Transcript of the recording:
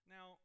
Now